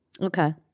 Okay